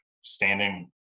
standing